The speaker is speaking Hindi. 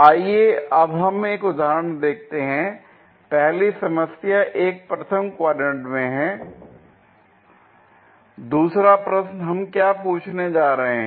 आइए अब हम एक उदाहरण देखते हैं पहली समस्या एक प्रथम क्वाड्रेंट में हैl दूसरा प्रश्न हम क्या पूछने जा रहे हैं